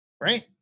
right